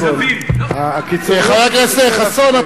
חבר הכנסת חסון,